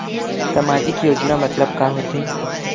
सामजिक योजना मतलब का होथे?